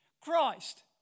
Christ